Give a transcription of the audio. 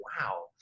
wow